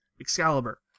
Excalibur